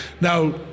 Now